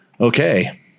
Okay